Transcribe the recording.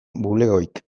bulegorik